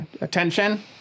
attention